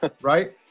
Right